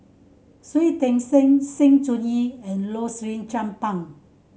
Shui Tit Sing Sng Choon Yee and Rosaline Chan Pang